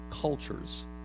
cultures